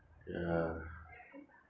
ya